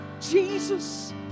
Jesus